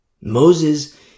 Moses